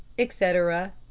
etc,